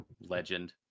Legend